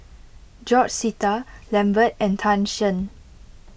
George Sita Lambert and Tan Shen